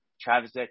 Travis